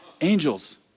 Angels